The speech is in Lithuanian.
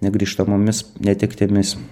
negrįžtamomis netektimis